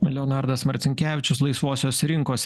leonardas marcinkevičius laisvosios rinkos